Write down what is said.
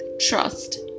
trust